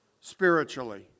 spiritually